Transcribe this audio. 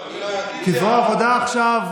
כי זרוע העבודה עכשיו,